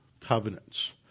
covenants